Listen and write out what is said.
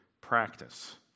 practice